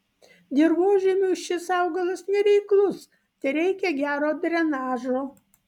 dirvožemiui šis augalas nereiklus tereikia gero drenažo